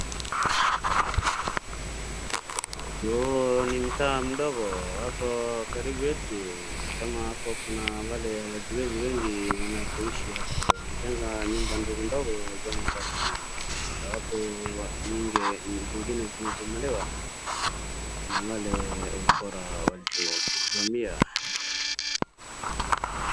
Huu ni mtaa mdogo, hapo karibu yetu ni kama hapo kuna wale hawajiwezi wengi wanapoishi hapo, wamejenga nyumba ndogondogo za mabati na hapo zingine zitabomolewa na wale wakora hapo wamesimamia.